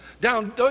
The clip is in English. Down